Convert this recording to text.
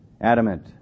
adamant